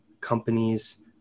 companies